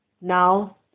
now